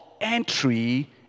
entry